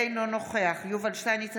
אינו נוכח יובל שטייניץ,